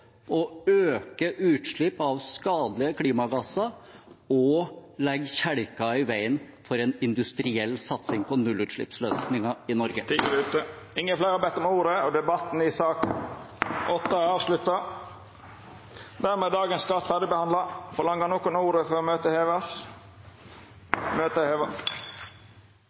å øke utslipp av skadelige klimagasser og legge kjelker i veien for en industriell satsing på nullutslippsløsninger i Norge. Fleire har ikkje bedt om ordet til sak nr. 8. Dermed er dagens kart ferdigbehandla. Ber nokon om ordet før møtet vert heva? – Møtet er heva.